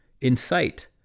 incite